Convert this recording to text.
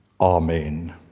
Amen